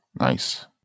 Nice